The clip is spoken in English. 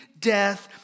death